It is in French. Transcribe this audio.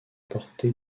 porté